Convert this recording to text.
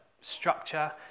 Structure